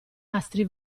astri